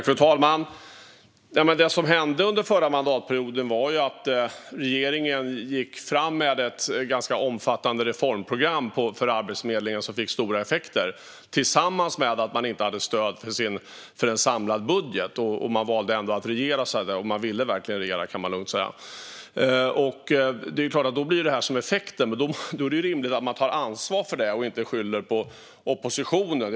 Fru talman! Det som hände under förra mandatperioden var att regeringen gick fram med ett ganska omfattande reformprogram för Arbetsförmedlingen som fick stora effekter, tillsammans med att man inte hade stöd för en samlad budget. Man valde ändå att regera. Och man ville verkligen regera, kan man lugnt säga. Det är klart att då blir det den här effekten, men då är det rimligt att man tar ansvar för det och inte skyller på oppositionen.